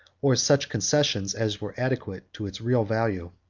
or such concessions, as were adequate to its real value.